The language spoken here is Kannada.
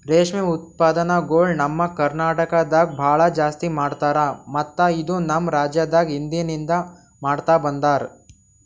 ರೇಷ್ಮೆ ಉತ್ಪನ್ನಗೊಳ್ ನಮ್ ಕರ್ನಟಕದಾಗ್ ಭಾಳ ಜಾಸ್ತಿ ಮಾಡ್ತಾರ ಮತ್ತ ಇದು ನಮ್ ರಾಜ್ಯದಾಗ್ ಹಿಂದಿನಿಂದ ಮಾಡ್ತಾ ಬಂದಾರ್